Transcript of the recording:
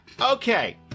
Okay